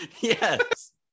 Yes